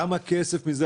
כמה כסף מזה,